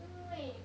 因为